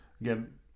again